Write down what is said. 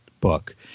book